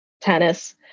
tennis